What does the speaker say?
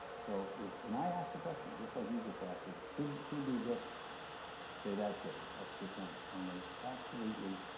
so, if, and i asked the question, just like you just asked it should should we just say that's it, it's x percent and they absolutely,